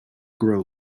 grow